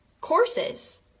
courses